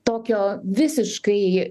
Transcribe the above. tokio visiškai